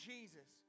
Jesus